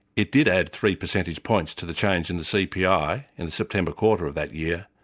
it did add three percentage points to the change in the cpi in the september quarter of that year,